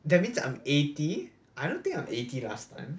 that means that I'm eighty I don't think I'm eighty last time